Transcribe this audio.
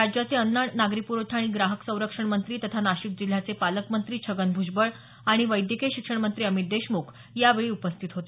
राज्याचे अन्न नागरी पुरवठा आणि ग्राहक संरक्षण मंत्री तथा नाशिक जिल्ह्याचे पालकमंत्री छगन भूजबळ आणि वैद्यकीय शिक्षण मंत्री अमित देशमुख यावेळी उपस्थित होते